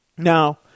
Now